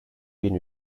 bin